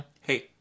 Hey